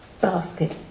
Basket